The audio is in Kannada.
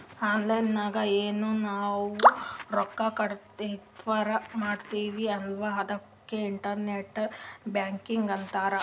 ಆನ್ಲೈನ್ ನಾಗ್ ಎನ್ ನಾವ್ ರೊಕ್ಕಾ ಟ್ರಾನ್ಸಫರ್ ಮಾಡ್ತಿವಿ ಅಲ್ಲಾ ಅದುಕ್ಕೆ ಇಂಟರ್ನೆಟ್ ಬ್ಯಾಂಕಿಂಗ್ ಅಂತಾರ್